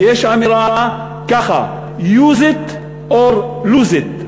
יש אמירה ככה: Use it or lose it.